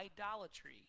idolatry